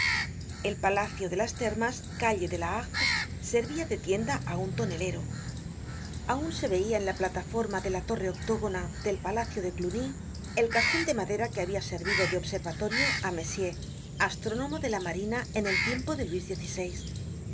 el palacio de las termas calle de la harpe servia de tienda á un tonelero aun se veia en la plataforma de la torre octógona del palacio de cluny el cajon de madera que habia servido de observatorio á messier astrónomo de la marina en tiempo de luis